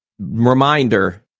reminder